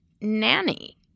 nanny